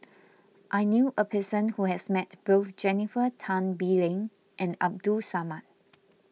I knew a person who has met both Jennifer Tan Bee Leng and Abdul Samad